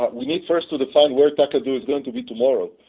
we need first to define where takadu is going to be tomorrow.